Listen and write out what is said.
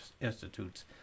institutes